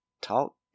Talk